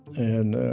and